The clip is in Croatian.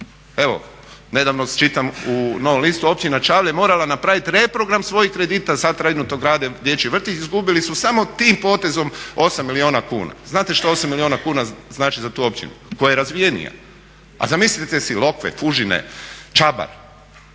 Evo, nedavno čitam u Novom listu Općina Čavle je morala napraviti reprogram svojih kredita, sad trenutno grade dječji vrtić, izgubili su samo tim potezom 8 milijuna kuna. Znate što 8 milijuna kuna znači za tu općinu, koja je razvijenija? A zamislite si Lokve, Fužine, Čabar!